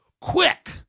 Quick